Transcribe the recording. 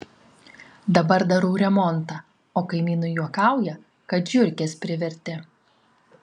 dabar darau remontą o kaimynai juokauja kad žiurkės privertė